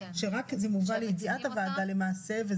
שרק זה מובא לידיעת הוועדה למעשה.